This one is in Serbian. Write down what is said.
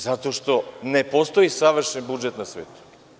Zato što ne postoji savršen budžet na svetu.